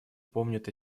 помнят